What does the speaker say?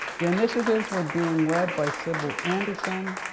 the initiatives were being led by sybol anderson,